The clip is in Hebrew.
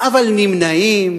אבל נמנעים,